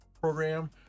program